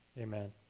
Amen